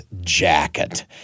jacket